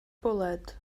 bwled